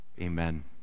Amen